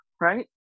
right